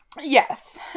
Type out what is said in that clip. Yes